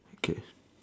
in case